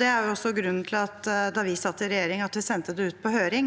Det er også grunnen til at vi, da vi satt i regjering, sendte det ut på høring.